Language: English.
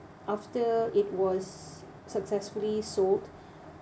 after it was successfully sold